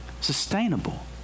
sustainable